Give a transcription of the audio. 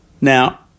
Now